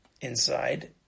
inside